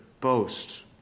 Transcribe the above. boast